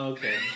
Okay